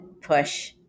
push